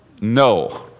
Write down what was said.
no